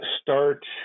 start